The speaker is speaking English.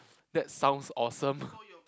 that sounds awesome